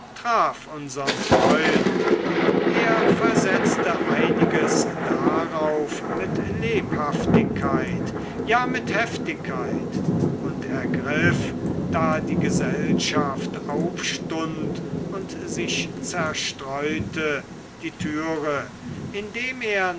traf unsern freund er versetzte einiges darauf mit lebhaftigkeit ja mit heftigkeit und ergriff da die gesellschaft aufstund und sich zerstreute die türe indem er